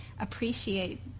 appreciate